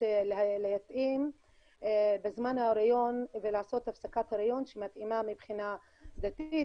להתאים בזמן ההיריון ולעשות הפסקת היריון שמתאימה מבחינה דתית,